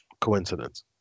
coincidence